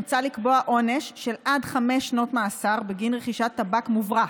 מוצע לקבוע עונש של עד חמש שנות מאסר בגין רכישת "טבק מוברח",